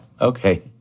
okay